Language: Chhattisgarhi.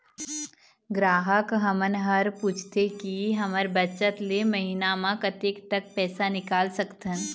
ग्राहक हमन हर पूछथें की हमर बचत ले महीना मा कतेक तक पैसा निकाल सकथन?